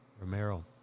Romero